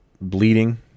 bleeding